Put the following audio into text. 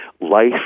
Life